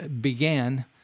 began